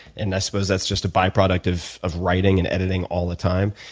and i suppose that's just a byproduct of of writing and editing all the time,